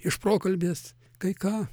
iš prokalbės kai ką